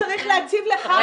הוא צריך להקציב לך זמן.